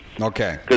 Okay